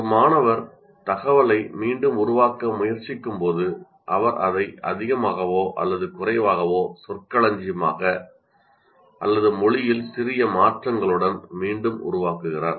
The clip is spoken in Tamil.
ஒரு மாணவர் தகவலை மீண்டும் உருவாக்க முயற்சிக்கும்போது அவர் அதை அதிகமாகவோ அல்லது குறைவாகவோ சொற்களஞ்சியமாக அல்லது மொழியில் சிறிய மாற்றங்களுடன் மீண்டும் உருவாக்குகிறார்